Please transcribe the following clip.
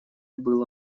было